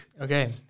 Okay